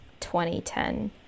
2010